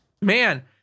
Man